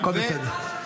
--- הכול בסדר.